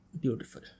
beautiful